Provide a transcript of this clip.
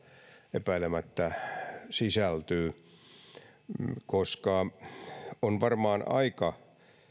epäilemättä sisältyy on varmaan aika